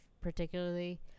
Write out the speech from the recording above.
particularly